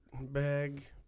bag